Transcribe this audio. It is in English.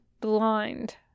blind